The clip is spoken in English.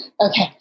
Okay